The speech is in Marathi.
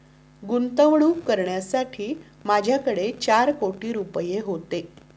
गुंतवणूक करण्यासाठी माझ्याकडे चार कोटी रुपये होते